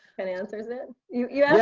and answers it. yeah,